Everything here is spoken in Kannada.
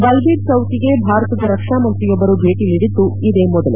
ಬಲ್ಬೀರ್ ಚೌಕಿಗೆ ಭಾರತದ ರಕ್ಷಣಾಮಂತ್ರಿಯೊಬ್ಬರು ಭೇಟಿ ನೀಡಿದ್ದು ಇದೇ ಮೊದಲು